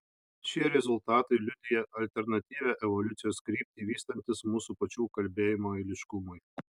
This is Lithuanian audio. šie rezultatai liudija alternatyvią evoliucijos kryptį vystantis mūsų pačių kalbėjimo eiliškumui